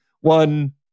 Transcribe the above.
one